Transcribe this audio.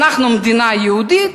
אנחנו מדינה יהודית,